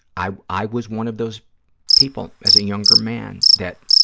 i i was one of those people, as a younger man, that,